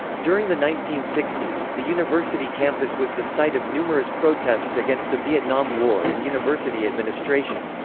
during the nineteen sixty s, the university campus was the site of numerous protests against the vietnam war and university administration.